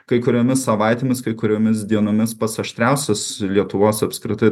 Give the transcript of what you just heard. kai kuriomis savaitėmis kai kuriomis dienomis pas aštriausius lietuvos apskritai